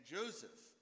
Joseph